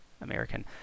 American